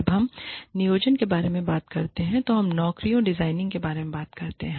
जब हम नियोजन के बारे में बात करते हैं तो हम नौकरियों डिजाइनिंग के बारे में बात कर रहे हैं